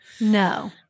No